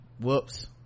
Whoops